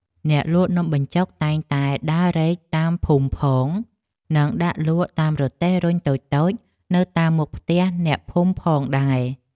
អ្នកលក់នំបញ្ចុកតែងតែដើររែកតាមភូមិផងនិងដាក់លក់តាមរទេះរុញតូចៗនៅតាមមុខផ្ទះអ្នកភូមិផងដែរ។